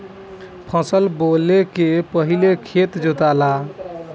फसल बोवले के पहिले खेत जोताला